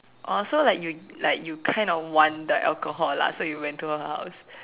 oh so like you like you kind of want the alcohol lah so you went to her house